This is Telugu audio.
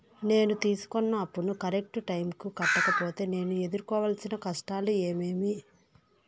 నేను తీసుకున్న అప్పును కరెక్టు టైముకి కట్టకపోతే నేను ఎదురుకోవాల్సిన కష్టాలు ఏమీమి?